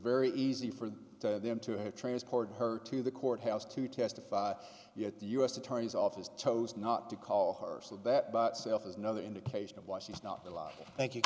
very easy for them to have transported her to the courthouse to testify yet the u s attorney's office chose not to call her so that by itself is another indication of why she's not alive thank you